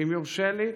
ואם יורשה לי,